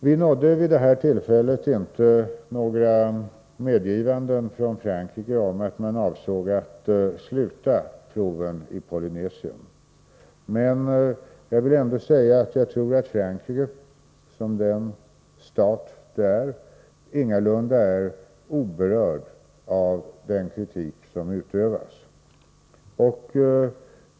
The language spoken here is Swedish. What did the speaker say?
Vi nådde vid det här tillfället inte några medgivanden från Frankrike om att man avsåg att sluta proven i Polynesien, men jag vill ändå säga att jag tror att Frankrike, som den stat det är, ingalunda är oberört av den kritik som utövas.